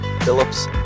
Phillips